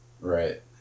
Right